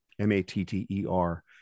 M-A-T-T-E-R